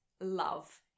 love